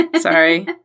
Sorry